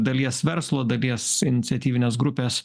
dalies verslo dalies iniciatyvines grupes